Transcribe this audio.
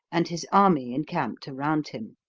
and his army encamped around him.